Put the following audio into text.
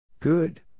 Good